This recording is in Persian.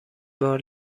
بار